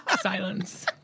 Silence